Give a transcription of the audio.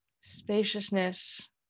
spaciousness